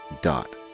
dot